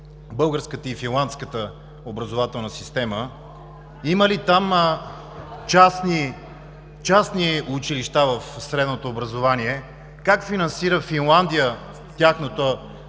българската и финландската образователна система? Има ли там частни училища в средното образование? Как финансира Финландия тяхното